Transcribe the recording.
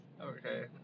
Okay